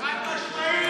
חד-משמעית.